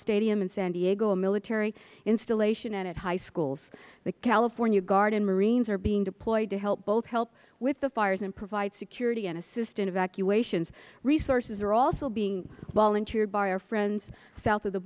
stadium in san diego a military installation and at high schools the california guard and marines are being deployed to both help with the fires and provide security and assist in evacuations resources are also being volunteered by our friends south of the